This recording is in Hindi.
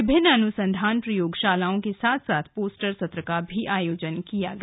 विभिन्न अनुसंधान प्रयोगशालाओं के साथ साथ पोस्टर सत्र का भी आयोजन किया गया